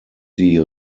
die